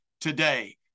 today